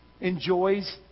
enjoys